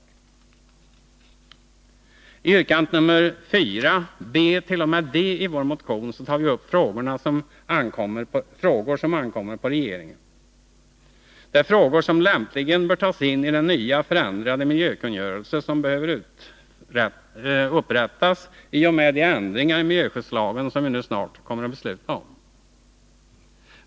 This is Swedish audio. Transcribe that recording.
I yrkandena 4 b-d i vår motion tar vi upp frågor som ankommer på regeringen. Det är frågor som lämpligen bör tas uppi den nya och förändrade miljökungörelse som behöver upprättas i och med de ändringar i miljöskyddslagen som vi nu snart kommer att besluta om.